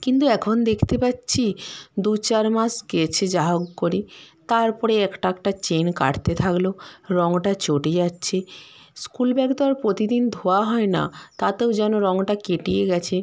কিন্তু এখন দেখতে পাচ্ছি দু চার মাস গেছে যা হোক করে তারপরে একটা একটা চেন কাটতে থাকলো রঙটা চটে যাচ্ছে স্কুল ব্যাগ তো আর প্রতিদিন ধোয়া হয় না তাতেও যেন রঙটা কেটিয়ে গেছে